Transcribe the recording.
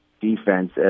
defense